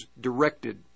directed